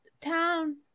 town